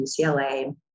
UCLA